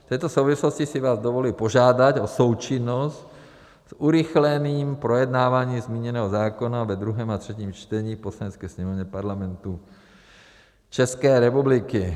V této souvislosti si vás dovoluji požádat o součinnost urychleným projednáváním zmíněného zákona ve druhém a třetím čtení v Poslanecké sněmovně Parlamentu České republiky.